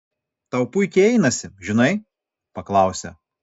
tau puikiai einasi žinai paklausė